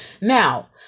Now